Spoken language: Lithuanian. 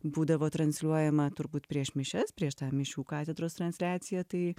būdavo transliuojama turbūt prieš mišias prieš tą mišių katedros transliaciją tai